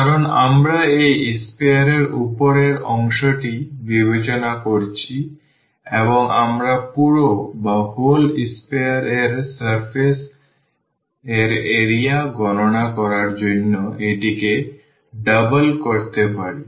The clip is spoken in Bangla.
কারণ আমরা এই sphere এর উপরের অংশটি বিবেচনা করছি এবং আমরা পুরো sphere এর সারফেস এর এরিয়া গণনা করার জন্য এটিকে দ্বিগুণ করতে পারি